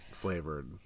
flavored